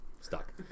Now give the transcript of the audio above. stuck